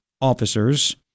officers